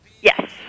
Yes